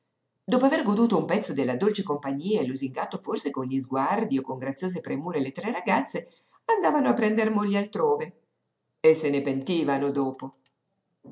dopo aver goduto un pezzo della dolce compagnia e lusingato forse con gli sguardi o con graziose premure le tre ragazze andavano a prender moglie altrove e se ne pentivano dopo